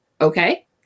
okay